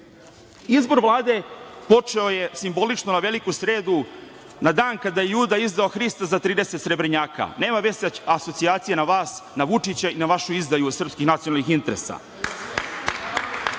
Vlade počeo je simbolično na Veliku Sredu na dan kada je Juda izdao Hrista za trideset srebrnjaka, nema veće asocijacije na vas, na Vučića i na vašu izdaju srpskih nacionalnih interesa.